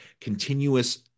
continuous